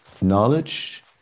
knowledge